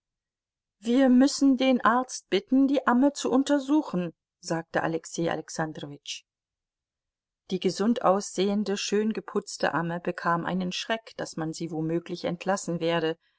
wir müssen den arzt bitten die amme zu untersuchen sagte alexei alexandrowitsch die gesund aussehende schön geputzte amme bekam einen schreck daß man sie womöglich entlassen werde